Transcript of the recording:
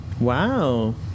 Wow